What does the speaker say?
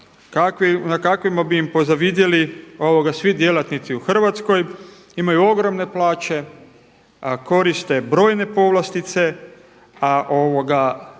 na kakvima bi im pozavidjeli svi djelatnici u Hrvatskoj, imaju ogromne plaće, a koriste brojne povlastice, rade